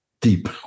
deep